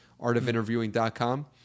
artofinterviewing.com